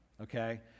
okay